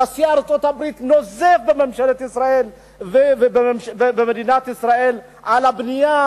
נשיא ארצות-הברית נוזף בממשלת ישראל ובמדינת ישראל על הבנייה